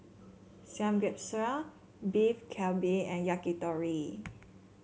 Samgeyopsal Beef Galbi and Yakitori